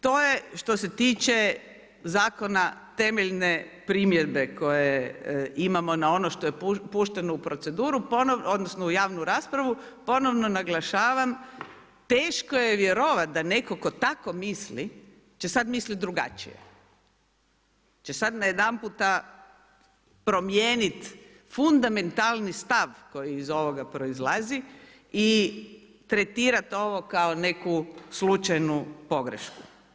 To je što se tiče Zakona temeljne primjedbe koje imamo na ono što je pušteno u proceduru, odnosno, u javnu raspravu, ponovno naglašavam, teško je vjerovati, da netko tko tako misli, će sad misliti drugačije, će sad najedanputa promijeniti fundamentalni stav koji iz ovoga proizlazi i tretirati ovo kao neku slučajnu pogrešku.